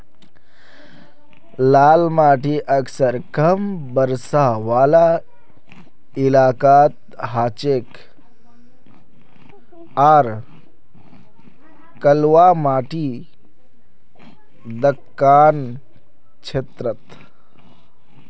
लाल माटी अक्सर कम बरसा वाला इलाकात हछेक आर कलवा माटी दक्कण क्षेत्रत